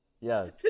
Yes